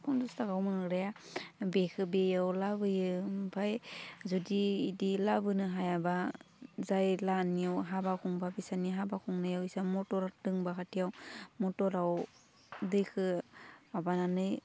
फनसास थाखायाव मोनग्राया बेखौ बेयाव लाबोयो ओमफाय जुदि इदि लाबोनो हायाबा जाय लाहानियाव हाबा खुंबा बिसानि हाबा खुंनायाव इसा मथर होदोंबा खाथियाव मथराव दैखो माबानानै